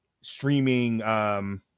streaming